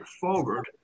forward